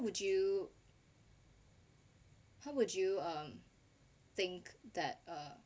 would how would you um think that